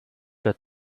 let